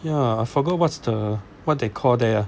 ya I forgot what's the what they call there ah